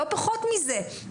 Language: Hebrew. לא פחות מזה,